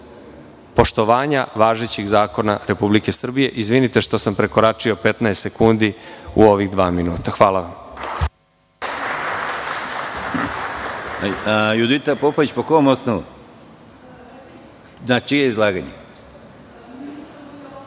poštovanja važećeg zakona Republike Srbije. Izvinite što sam prekoračio 15 sekundi u ovih dva minuta.